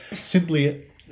simply